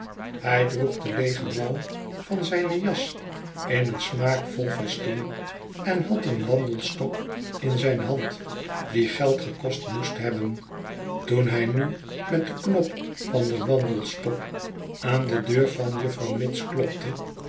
hij droeg de leege mouw van zijne jas in een smaakvol festoen en had een wandelstok in zijn hand die geld gekost moest hebben toen hij nu met den knop van den wandelstok aan de deur van juffrouw mitts klopte